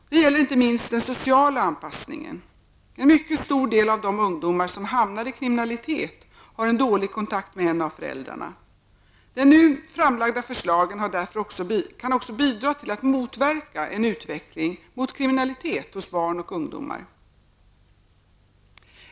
Detta gäller inte minst den sociala anpassningen. En mycket stor del av de ungdomar som hamnar i kriminalitet har en dålig kontakt med en av föräldrarna. De nu framlagda förslagen kan därför också bidra till att motverka en utveckling mot kriminalitet hos barn och ungdom.